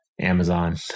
Amazon